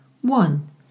One